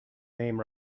name